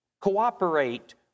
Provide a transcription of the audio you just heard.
Cooperate